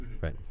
right